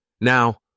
Now